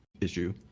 issue